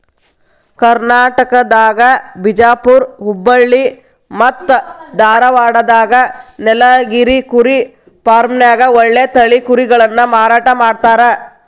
ಕರ್ನಾಟಕದಾಗ ಬಿಜಾಪುರ್ ಹುಬ್ಬಳ್ಳಿ ಮತ್ತ್ ಧಾರಾವಾಡದಾಗ ನೇಲಗಿರಿ ಕುರಿ ಫಾರ್ಮ್ನ್ಯಾಗ ಒಳ್ಳೆ ತಳಿ ಕುರಿಗಳನ್ನ ಮಾರಾಟ ಮಾಡ್ತಾರ